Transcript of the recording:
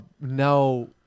now